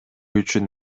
үчүн